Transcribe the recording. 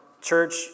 church